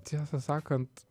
tiesą sakant